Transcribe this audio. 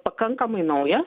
pakankamai naujas